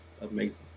amazing